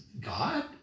God